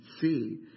see